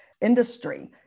industry